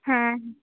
হ্যাঁ